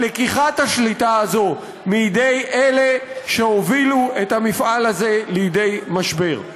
ולקיחת השליטה הזאת מידי אלה שהובילו את המפעל הזה לידי משבר.